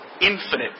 infinite